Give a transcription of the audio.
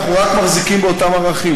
אנחנו רק מחזיקים באותם ערכים,